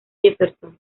jefferson